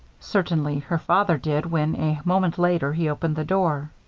certainly her father did when, a moment later, he opened the door.